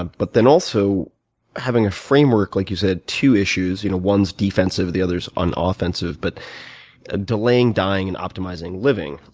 but then also having a framework, like you said two issues, you know one's defensive the other's on ah offensive. but ah delaying dying and optimizing living,